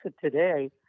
today